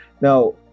Now